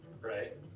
right